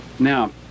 Now